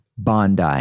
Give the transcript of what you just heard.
Bondi